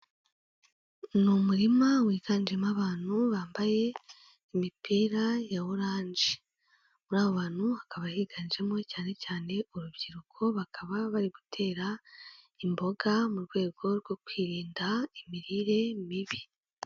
Ni umurima wiganjemo abantu bambaye imipira ya oranje. Muri abo bantu hakaba higanjemo cyane cyane urubyiruko, bakaba bari gutera imboga mu rwego rwo kwirinda imirire mibi.